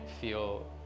feel